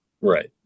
Right